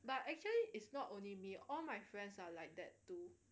but actually it's not only me all my friends are like that too